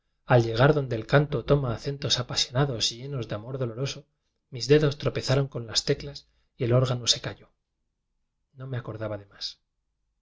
al llegar donde el canto toma acentos apasionados y llenos de amor doloroso mis dedos tropezaron con las teclas y el órgano se calló no me acordaba de más